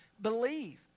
believe